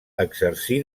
exercí